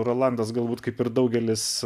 rolandas galbūt kaip ir daugelis